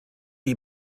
die